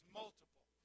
multiple